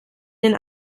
den